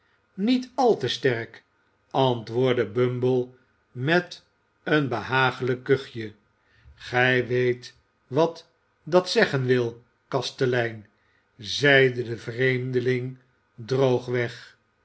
niet al te sterk antwoordde bumble met een behaaglijk kuchje gij weet wat dat zeggen wil kastelein zeide de vreemde